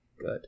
Good